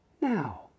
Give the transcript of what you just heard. now